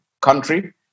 country